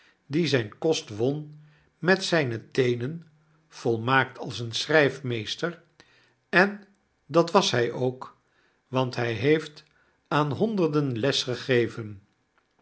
die zyn kost won met zyne teenen volmaakt als een schrijfmeester en dat was hi ook want hij heeft aan honderden les gegeven